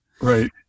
right